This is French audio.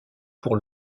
pour